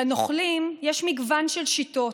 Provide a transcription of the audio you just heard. לנוכלים יש מגוון של שיטות: